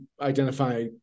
identify